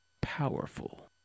powerful